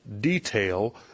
detail